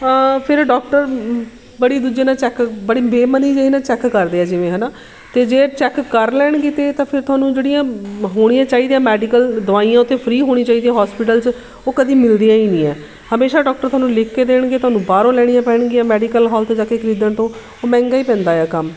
ਫਿਰ ਡੋਕਟਰ ਬੜੀ ਦੂਜੀ ਨਾਲ਼ ਚੈੱਕ ਬੜੀ ਬੇਮਨੀ ਜਿਹੀ ਨਾਲ਼ ਚੈੱਕ ਕਰਦੇ ਆ ਜਿਵੇਂ ਹੈ ਨਾ ਅਤੇ ਜੇ ਚੈੱਕ ਕਰ ਲੈਣਗੇ ਅਤੇ ਤਾਂ ਫਿਰ ਤੁਹਾਨੂੰ ਜਿਹੜੀਆਂ ਹੋਣੀਆਂ ਚਾਹੀਦੀਆਂ ਮੈਡੀਕਲ ਦਵਾਈਆਂ ਉੱਥੇ ਫ਼ਰੀ ਹੋਣੀ ਚਾਹੀਦੀ ਹੋਸਪੀਟਲ 'ਚ ਉਹ ਕਦੇ ਮਿਲਦੀਆਂ ਹੀ ਨਹੀਂ ਹੈ ਹਮੇਸ਼ਾਂ ਡਾਕਟਰ ਤੁਹਾਨੂੰ ਲਿਖ ਕੇ ਦੇਣਗੇ ਤੁਹਾਨੂੰ ਬਾਹਰੋਂ ਲੈਣੀਆਂ ਪੈਣਗੀਆਂ ਮੈਡੀਕਲ ਹਾਲ ਤੋਂ ਜਾ ਕੇ ਖਰੀਦਣ ਤੋਂ ਉਹ ਮਹਿੰਗਾ ਹੀ ਪੈਂਦਾ ਆ ਕੰਮ